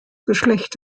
geschlecht